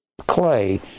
clay